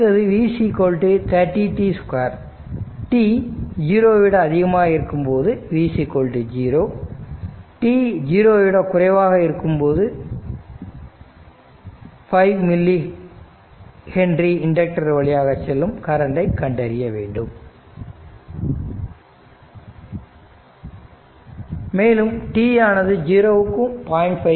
அடுத்தது v 30 t 2 t 0 வை விட அதிகமாக இருக்கும் போதும் v 0 t 0 வை விட குறைவாக இருக்கும் போதும் 5 மில்லி ஹென்ரி இண்டக்டர் வழியாக செல்லும் கரண்டை கண்டறிய வேண்டும் மேலும் t ஆனது 0 வுக்கும் 0